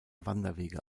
wanderwege